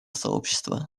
сообщества